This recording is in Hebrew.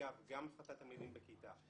גם הפחתת תלמידים בכיתה,